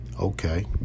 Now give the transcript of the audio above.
Okay